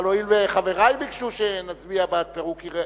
אבל הואיל וחברי ביקשו שנצביע בעד פירוק עיר-הכרמל,